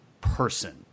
person